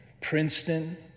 Princeton